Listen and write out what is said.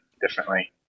Differently